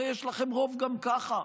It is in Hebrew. הרי יש לכם רוב גם ככה,